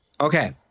Okay